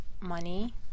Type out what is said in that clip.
money